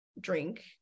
drink